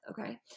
okay